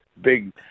big